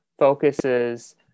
focuses